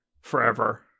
Forever